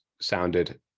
sounded